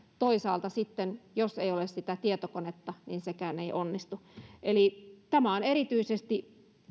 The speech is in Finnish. toisaalta sitten jos ei ole sitä tietokonetta sekään ei onnistu tämä koskee erityisesti